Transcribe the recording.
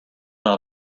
out